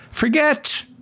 Forget